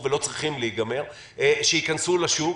שוב,